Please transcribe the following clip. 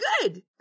good